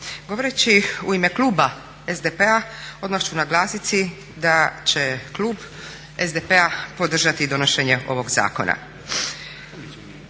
Govoreći u ime kluba SDP-a odmah ću naglasiti da će klub SDP-a podržati donošenje ovog zakona.